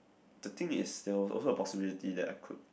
the thing there was also a possibility that I could